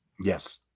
yes